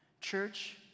Church